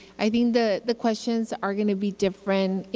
i think the the questions are going to be different you